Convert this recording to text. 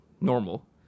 normal